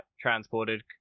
transported